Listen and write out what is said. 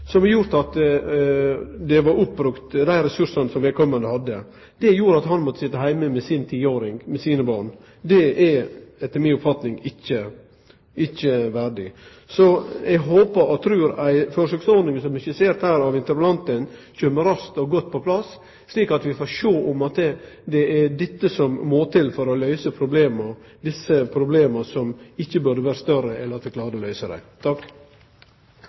som har gjort at dei ressursane som vedkommande hadde, var oppbrukte. Det gjorde at han måtte sitje heime med tiåringen sin. Det er etter mi oppfatning ikkje verdig. Så eg håpar og trur at ei forsøksordning, som er skissert her av interpellanten, kjem raskt og godt på plass, slik at vi får sjå om det er dette som må til for å løyse problema – desse problema som ikkje burde vere større enn at vi klarer å løyse dei.